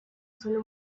solo